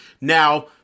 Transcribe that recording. now